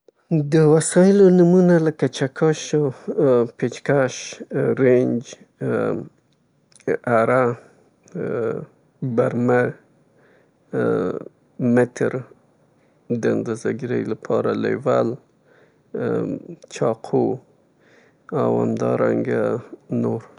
وسایل مختلف انواوې لري لکه چکش، رنج، سکرنج او د اندازه ګیرۍ لپاره متر، درجه د خطوطو لپاره، پلاس، چکش، اره، د یو څه د اره کولو لپاره برمه، رنده البته برقی او ساده او همدارنګه شیشه بر.